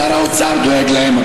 שר האוצר דואג להם,